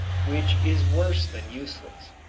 which is worse than useless.